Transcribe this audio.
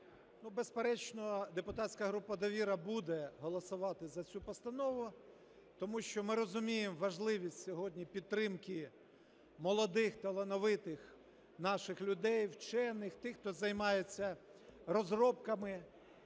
безперечно, депутатська група "Довіра" буде голосувати за цю постанову, тому що ми розуміємо важливість сьогодні підтримки молодих талановитих наших людей, вчених, тих, хто займається розробками.